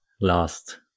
last